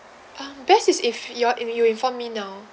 best is if you're if you inform me now